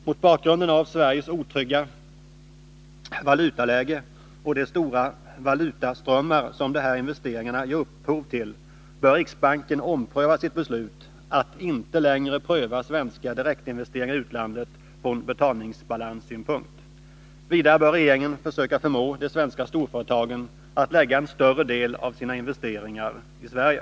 Mot bakgrund av Sveriges otrygga valutaläge och de stora valutaströmmar som de här investeringarna ger upphov till bör riksbanken ompröva sitt beslut att inte längre pröva svenska direktinvesteringar i utlandet från betalningsbalanssynpunkt. Vidare bör regeringen försöka förmå de svenska storföretagen att lägga en större del av sina investeringar i Sverige.